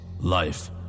life